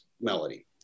melody